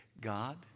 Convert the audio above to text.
God